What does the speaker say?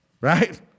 right